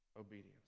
obedience